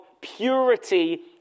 purity